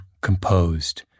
composed